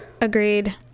agreed